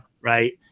Right